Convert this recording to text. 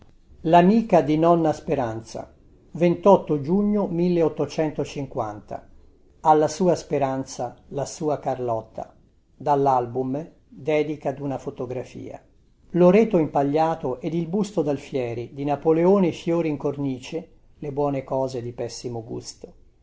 lamica di nonna speranza ve giugno alla sua speranza la sua carlotta dallalbum dedica duna fotografia i loreto impagliato ed il busto dalfieri di napoleone i fiori in cornice le buone cose di pessimo gusto